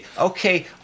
Okay